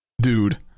Dude